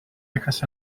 dejas